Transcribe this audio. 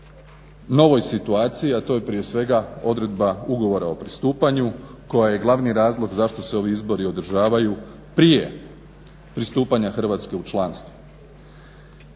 novoj situaciji, a to je prije svega odredba Ugovora o pristupanju koja je glavni razlog zašto se ovi izbori održavaju prije pristupanja Hrvatske u članstvo.